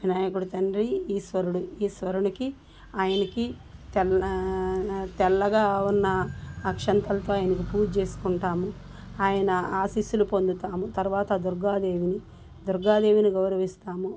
వినాయకుడు తండ్రి ఈశ్వరుడు ఈశ్వరునికి ఆయనకి తెల్లగా ఉన్న అక్షంతలతో ఆయనకు పూజ చేసుకుంటాము ఆయన ఆశీస్సులు పొందుతాము తర్వాత దుర్గాదేవిని దుర్గాదేవిని గౌరవిస్తాము